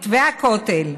מתווה הכותל.